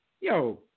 Yo